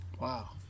Wow